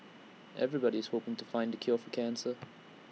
everyone's hoping to find the cure for cancer